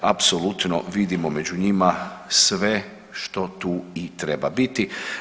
Apsolutno vidimo među njima sve što tu i treba biti.